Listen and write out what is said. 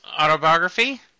autobiography